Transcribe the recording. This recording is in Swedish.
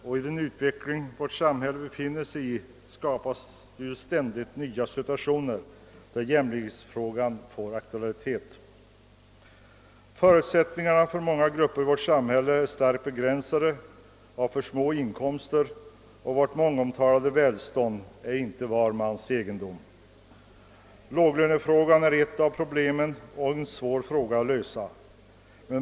I den utveckling som vårt samhälle befinner sig i skapas ständigt nya situationer där jämlikhetsfrågan får aktualitet. Förutsättningarna är för många grupper av människor i vårt samhälle starkt begränsade på grund av alltför små in komster, och vårt mångomtalade välstånd är inte var mans egendom. Låglönefrågan är ett av problemen och en svår fråga att lösa.